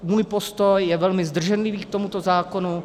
Můj postoj je velmi zdrženlivý k tomuto zákonu.